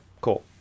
cool